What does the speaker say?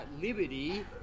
liberty